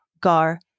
Gar